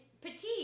petite